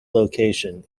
location